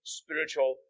spiritual